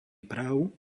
práv